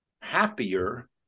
happier